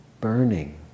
burning